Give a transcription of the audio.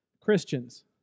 Christians